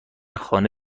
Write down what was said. خانه